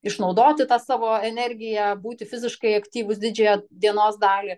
išnaudoti tą savo energiją būti fiziškai aktyvūs didžiąją dienos dalį